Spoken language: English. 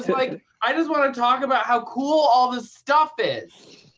so like i just want to talk about how cool all this stuff is.